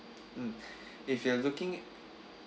mm if you are looking